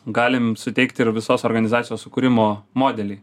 galime suteikti ir visos organizacijos sukūrimo modelį